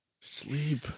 Sleep